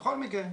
בכל מקרה,